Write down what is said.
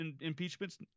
impeachments